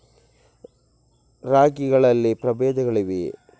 ರಾಗಿಗಳಲ್ಲಿ ಪ್ರಬೇಧಗಳಿವೆಯೇ?